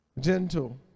gentle